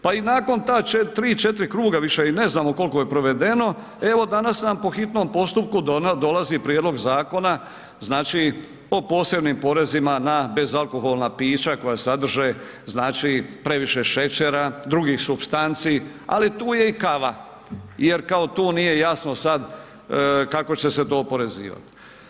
Pa i nakon 3, 4 kruga, više i ne znamo koliko je provedeno, evo danas nam po hitnom postupku dolazi prijedlog zakona znači o posebnim porezima na bezalkoholna pića koja sadrže znači previše šećera, drugih supstanci ali tu je i kava jer kao tu nije jasno sad kako će se to oporezivati.